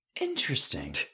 Interesting